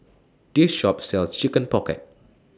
This Shop sells Chicken Pocket